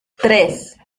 tres